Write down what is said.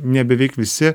ne beveik visi